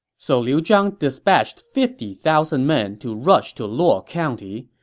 so liu zhang dispatched fifty thousand men to rush to luo county.